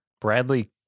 Bradley